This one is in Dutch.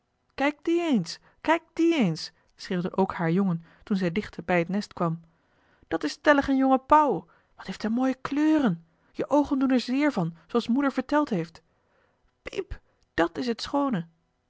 kijk die eens kijk die eens schreeuwden ook haar jongen toen zij dicht bij het nest kwam dat is stellig een jonge pauw wat heeft hij mooie kleuren je oogen doen er zeer van zooals moeder verteld heeft piep dat is het schoone